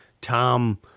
Tom